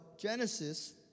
Genesis